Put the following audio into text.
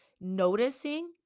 noticing